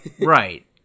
Right